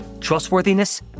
trustworthiness